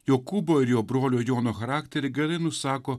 jokūbo ir jo brolio jono charakterį gali nusako